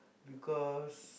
because